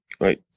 right